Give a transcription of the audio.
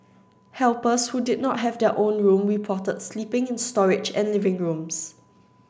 helpers who did not have their own room reported sleeping in storage and living rooms